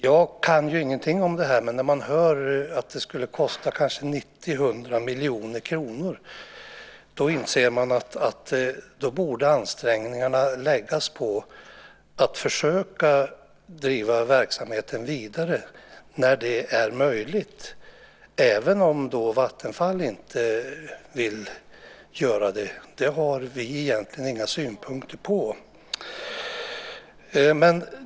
Jag kan ju ingenting om det här, men när man hör att det skulle kosta kanske 90-100 miljoner kronor inser man att ansträngningarna borde läggas på att försöka driva verksamheten vidare när det är möjligt, även om Vattenfall inte vill göra det. Det har vi egentligen inga synpunkter på.